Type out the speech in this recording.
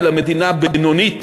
אלא מדינה בינונית,